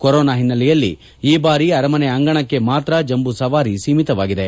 corona ಹಿನ್ನೆಲೆಯಲ್ಲಿ ಈ ಬಾರಿ ಅರಮನೆ ಅಂಗಣಕ್ಕೆ ಮಾತ್ರ ಜಂಬೂ ಸವಾರಿ ಸೀಮಿತವಾಗಿದೆ